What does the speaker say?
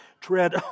tread